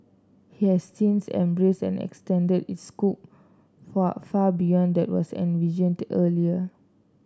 he has since embraced and extended its scope far far beyond that was envisioned that earlier